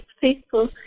faithful